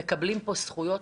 הם מקבלים פה זכויות,